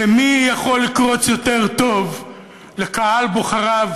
מי יכול לקרוץ יותר טוב לקהל בוחריו,